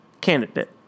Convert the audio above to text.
candidate